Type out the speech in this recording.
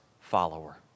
follower